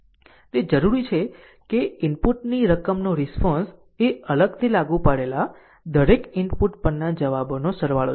તે જરૂરી છે કે ઇનપુટની રકમનો રીશ્પોન્સ એ અલગથી લાગુ પડેલા દરેક ઇનપુટ પરના જવાબોનો સરવાળો છે